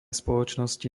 spoločnosti